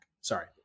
Sorry